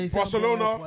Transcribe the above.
Barcelona